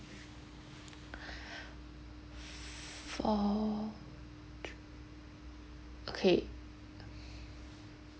for okay